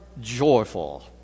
joyful